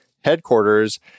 headquarters